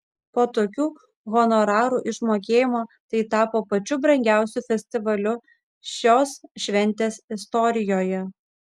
po tokių honorarų išmokėjimo tai tapo pačiu brangiausiu festivaliu šios šventės istorijoje